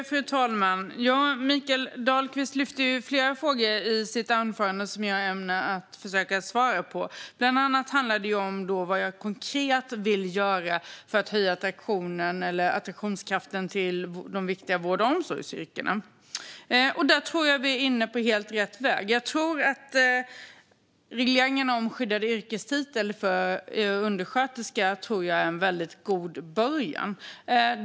Fru talman! Mikael Dahlqvist lyfter flera frågor i sitt anförande som jag ämnar försöka svara på. Bland annat handlade det om vad jag konkret vill göra för att höja attraktionskraften för de viktiga vård och omsorgsyrkena. Där tror jag att vi är inne på helt rätt väg. Jag tror att regleringen om skyddad yrkestitel för undersköterskor är en väldigt god början.